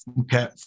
Okay